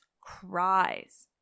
cries